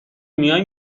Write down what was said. میای